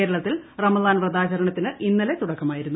കേരളത്തിൽ റംസാൻ വ്രതാചരണത്തിന് ഇന്നലെ തുടക്കമായിരുന്നു